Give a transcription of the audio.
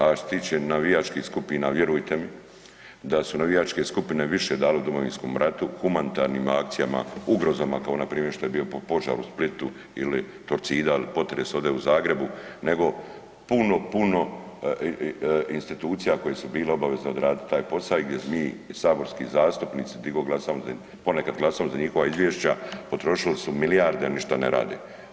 A što se tiče navijačkih skupina, vjerujte mi da su navijačke skupine više dale u Domovinskom ratu humanitarnim akcijama, ugrozama kao npr. što je bio požar u Splitu ili Torcida ili potres ovdje u Zagrebu nego puno, puno institucija koje su bile obavezne odraditi taj posao i gdje mi saborski zastupnici di god glasamo, po nekad glasamo za njihova izvješća, potrošili su milijarde a ništa ne rade.